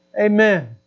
Amen